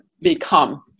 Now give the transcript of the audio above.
become